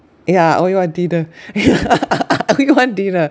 yeah I owe you one dinner yeah I owe you one dinner